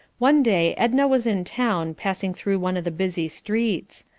one day edna was in town, passing through one of the busy streets.